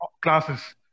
classes